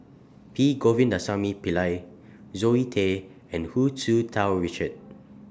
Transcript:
P Govindasamy Pillai Zoe Tay and Hu Tsu Tau Richard